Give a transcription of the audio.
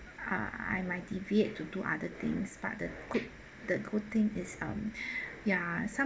ah I might deviate to do other things but the could the good thing is um ya some